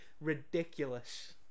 ridiculous